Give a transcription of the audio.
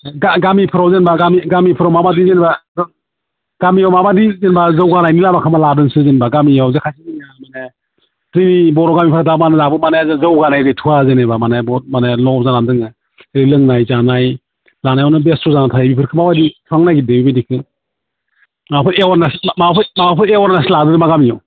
गामिफोराव जेनेबा गामिफोराव माबायदि जेनेबा जौगानायनि लामाखौ लादोंसै जेनेबा गामियाव जोंनि बै बर' गामिफोराथ' दामानि जौगानाय गैथ'वा जेनेबा माने बहुत माने ल' जाना दङ बे लोंनाय जानाय लानायावनो बेस्त' जाना थायो बेफोरखौ माबायदि खालामनो नागिरदों बेबायदिखौ माबाफोर एवारनेस लादों नामा गामियाव